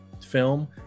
film